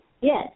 Yes